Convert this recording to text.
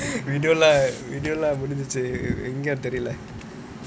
video lah video lah முடிஞ்சுசு எங்கனு தெரில:mudinjuchu engaenu therila